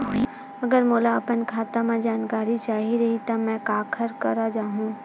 अगर मोला अपन खाता के जानकारी चाही रहि त मैं काखर करा जाहु?